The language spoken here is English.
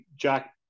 Jack